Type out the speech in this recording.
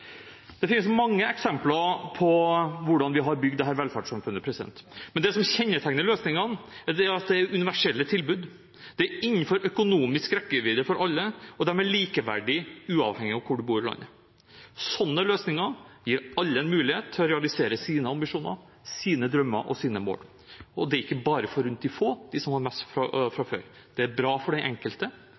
Det finnes mange eksempler på hvordan vi har bygd dette velferdssamfunnet. Men det som kjennetegner løsningene, er at det er universelle tilbud, de er innenfor økonomisk rekkevidde for alle, og de er likeverdige uavhengig av hvor en bor i landet. Slike løsninger gir alle en mulighet til å realisere sine ambisjoner, sine drømmer og sine mål, og det er ikke bare forunt de få, dem som har mest fra før. Det er bra for den enkelte,